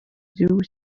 gihugu